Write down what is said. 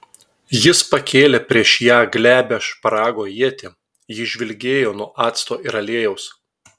jis pakėlė prieš ją glebią šparago ietį ji žvilgėjo nuo acto ir aliejaus